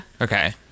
Okay